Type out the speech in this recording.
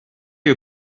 you